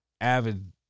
avid